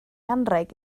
anrheg